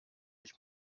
ich